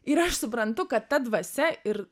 ir aš suprantu kad ta dvasia ir